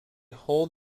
hold